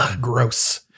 gross